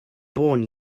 born